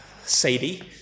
Sadie